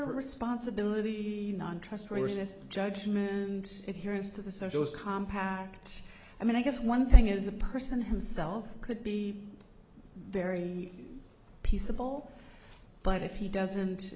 r responsibility on trustworthiness judgment and it here is to the socialist compact i mean i guess one thing is the person himself could be very peaceable but if he doesn't